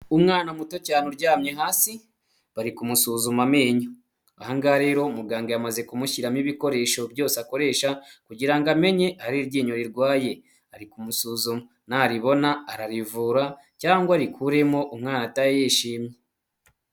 Umwana muto cyane uryamye hasi bari kumusuzuma amenyo. Ahangaha rero muganga yamaze kumushyiramo ibikoresho byose akoresha kugira ngo amenye ahari iryinyo rirwaye ari kumusuzuma, nariribona ararivura cyangwa arikuremo umwana atahe yishimye.